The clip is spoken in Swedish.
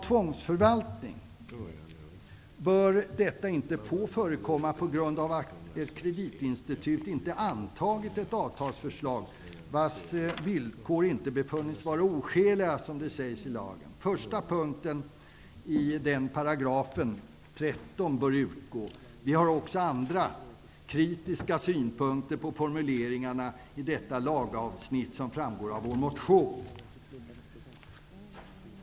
Tvångsförvaltning bör inte få förekomma på grund av att ett kreditinstitut inte har antagit ett avtalsförslag vars villkor inte har befunnits vara oskäliga, sägs det i lagen. Första punkten i § 13 bör utgå. Vi har också andra kritiska synpunkter på formuleringarna i detta lagavsnitt som framgår av vår motion.